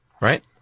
right